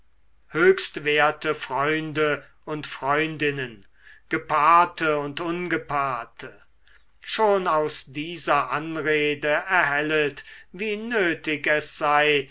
höchstwerte freunde und freundinnen gepaarte und ungepaarte schon aus dieser anrede erhellet wie nötig es sei